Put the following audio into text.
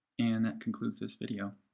and that concludes this video,